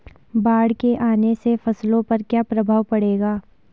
बाढ़ के आने से फसलों पर क्या प्रभाव पड़ेगा?